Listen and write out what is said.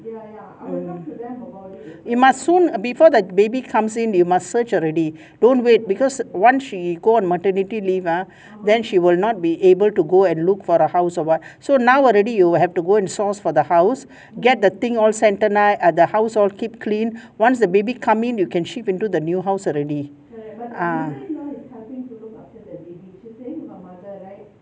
it must soon before the baby comes in you must search already don't wait because once she go on maternity leave ah then she will not be able to go and look for a house or what so now already you have to go and source for the house get the thing all sanitized err the house all keep clean once the baby come in you can shift into the new house already ah